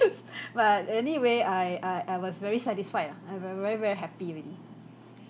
but anyway I I I was very satisfied lah I very very very happy already